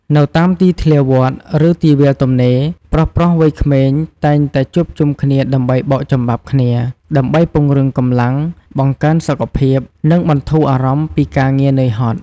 នៅតាមទីធ្លាវត្ត ឬទីវាលទំនេរ ប្រុសៗវ័យក្មេងតែងតែជួបជុំគ្នាដើម្បីបោកចំបាប់គ្នា ដើម្បីពង្រឹងកម្លាំង បង្កើនសុខភាព និងបន្ធូរអារម្មណ៍ពីការងារនឿយហត់។